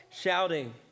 shouting